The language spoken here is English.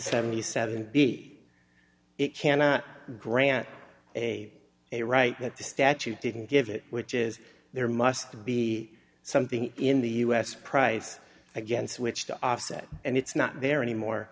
seventy seven b it cannot grant a a right that the statute didn't give it which is there must be something in the us price against which to offset and it's not there anymore